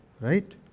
right